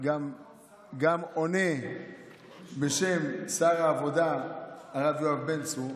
גם עונה בשם שר העבודה הרב יואב בן צור,